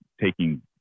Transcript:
taking